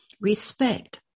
respect